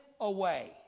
away